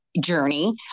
journey